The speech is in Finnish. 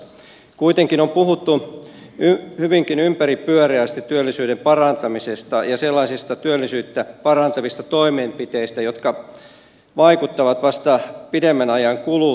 kuitenkin on puhuttu hyvinkin ympäripyöreästi työllisyyden parantamisesta ja sellaisista työllisyyttä parantavista toimenpiteistä jotka vaikuttavat vasta pidemmän ajan kuluttua